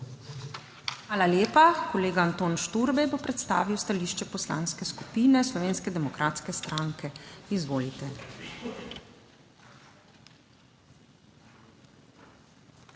Hvala lepa. Kolega Anton Šturbej bo predstavil stališče Poslanske skupine Slovenske demokratske stranke. Izvolite. **ANTON